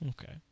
Okay